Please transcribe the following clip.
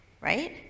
right